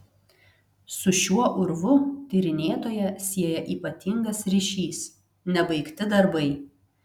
su šiuo urvu tyrinėtoją sieja ypatingas ryšys nebaigti darbai